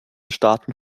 staaten